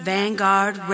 Vanguard